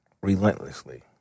relentlessly